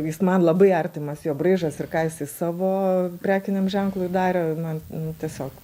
jis man labai artimas jo braižas ir ką jisai savo prekiniam ženklui darė man nu tiesiog